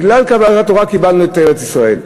בגלל קבלת התורה קיבלנו את ארץ-ישראל.